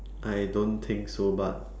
I don't think so but